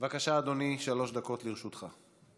בבקשה, אדוני, שלוש דקות לרשותך.